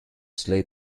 slay